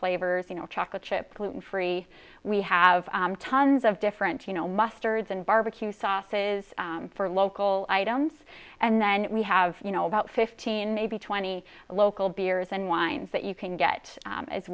flavors you know chocolate chips gluten free we have tons of different you know musters and barbecue sauces for local items and then we have you know about fifteen maybe twenty local beers and wines that you can get